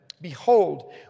behold